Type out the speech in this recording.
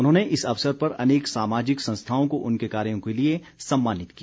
उन्होंने इस अवसर पर अनेक सामाजिक संस्थाओं को उनके कार्यो के लिए सम्मानित किया